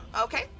Okay